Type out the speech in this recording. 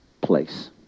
place